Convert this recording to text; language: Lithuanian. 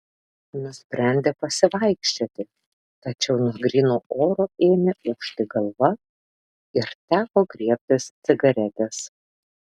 nusprendė pasivaikščioti tačiau nuo gryno oro ėmė ūžti galva ir teko griebtis cigaretės